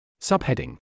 Subheading